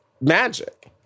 magic